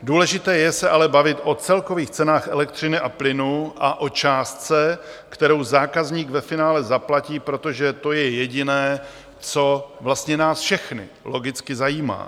Důležité je se ale bavit o celkových cenách elektřiny a plynu a o částce, kterou zákazník ve finále zaplatí, protože to je jediné, co vlastně nás všechny logicky zajímá.